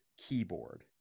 keyboard